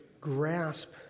grasp